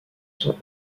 sont